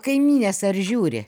kaimynės ar žiūri